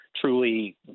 truly